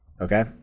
Okay